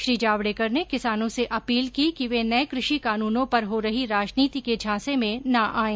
श्री जावड़ेकर ने किसानों से अपील की कि वे नये कृषि कानूनों पर हो रही राजनीति के झांसे में न आएं